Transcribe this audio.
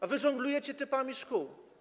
A wy żonglujecie typami szkół.